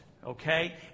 Okay